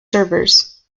servers